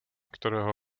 kterého